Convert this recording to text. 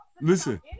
listen